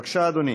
בבקשה, אדוני.